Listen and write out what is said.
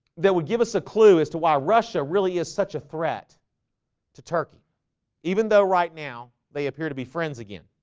that would give us a clue as to why russia really is such a threat to turkey even though right now they appear to be friends again